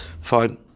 Fine